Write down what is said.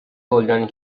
گلدانی